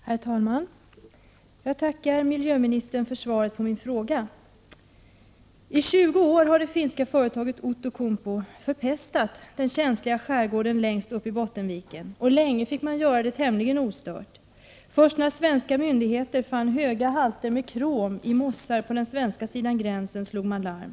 Herr talman! Jag tackar miljöministern för svaret på min fråga. I 20 år har det finska företaget Outokumpu förpestat den känsliga skärgården högst upp i Bottenviken. Länge fick man göra det tämligen ostört. Först när svenska myndigheter fann höga halter med krom i mossar på Prot. 1988/89:12 den svenska sidan av gränsen slogs det larm.